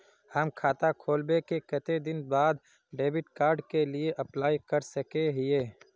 हम खाता खोलबे के कते दिन बाद डेबिड कार्ड के लिए अप्लाई कर सके हिये?